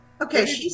Okay